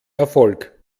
erfolg